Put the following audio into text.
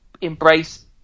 embrace